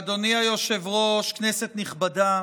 אדוני היושב-ראש, כנסת נכבדה,